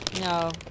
No